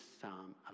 psalm